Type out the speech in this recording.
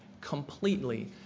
completely